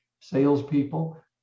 salespeople